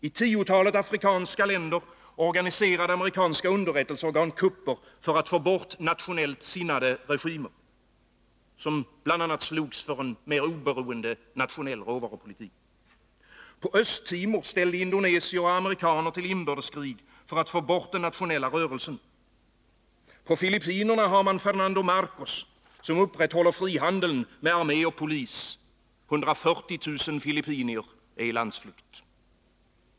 I tiotalet afrikanska länder organiserade amerikanska underrättelseorgan kupper för att få bort nationellt sinnade regimer, som bl.a. slogs för en mer oberoende nationell råvarupolitik. På Östtimor ställde indonesier och amerikaner till inbördeskrig för att få bort den nationella rörelsen. På Filippinerna har man Marcos, som upprätthåller frihandeln med armé och polis. 140 000 filippinare är i landsflykt.